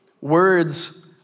Words